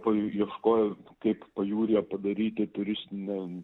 pajū ieškojo kaip pajūryje padaryti turistinę